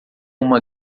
uma